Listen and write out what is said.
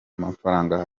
amafaranga